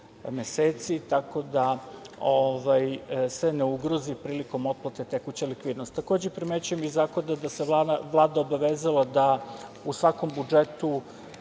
meseci, tako da se ne ugrozi prilikom otplate tekuća likvidnost. Takođe primećujem iz zakona da se Vlada obavezala da u svakom budžetu,